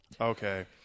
Okay